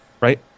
right